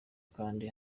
kandi